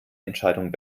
entscheidung